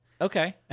Okay